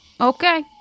Okay